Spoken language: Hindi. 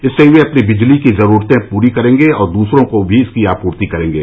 इससे वे अपनी बिजली की जरूरतें पूरी करेंगे और दूसरों को भी इसकी आपूर्ति करेंगे